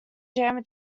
jam